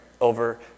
over